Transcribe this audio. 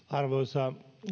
arvoisa